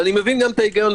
אני מבין גם את ההיגיון.